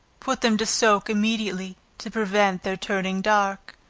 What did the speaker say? put them to soak immediately, to prevent their turning dark.